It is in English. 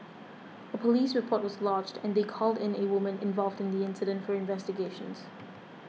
a police report was lodged and they called in a woman involved in the incident for investigations